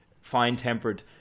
fine-tempered